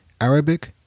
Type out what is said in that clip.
Arabic